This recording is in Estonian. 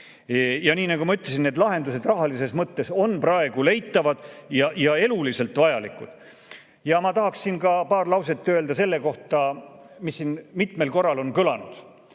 Nii nagu ma ütlesin, need lahendused rahalises mõttes on praegu leitavad ja eluliselt vajalikud. Ma tahaksin ka paar lauset öelda selle kohta, mis siin mitmel korral on kõlanud,